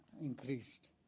increased